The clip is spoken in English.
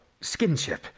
skinship